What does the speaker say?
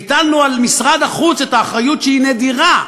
והטלנו על משרד החוץ את האחריות, שהיא נדירה.